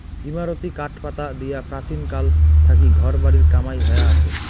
ইমারতী কাঠপাটা দিয়া প্রাচীনকাল থাকি ঘর বাড়ির কামাই হয়া আচে